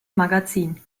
magazin